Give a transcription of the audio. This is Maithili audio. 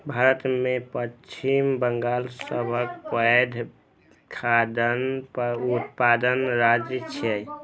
भारत मे पश्चिम बंगाल सबसं पैघ खाद्यान्न उत्पादक राज्य छियै